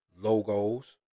logos